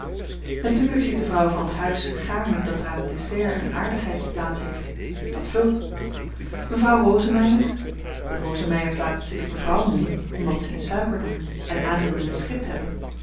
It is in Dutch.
natuurlyk ziet de vrouw van t huis gaarne dat er aan het dessert een aardigheidje plaats heeft dat vult mevrouw rosemeyer de rosemeyers laten zich mevrouw noemen omdat ze in suiker doen en aandeel in een schip hebben mevrouw